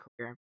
career